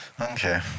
Okay